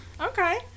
Okay